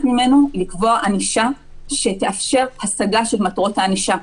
ממנו לקבוע ענישה שתאפשר השגה של מטרות הענישה.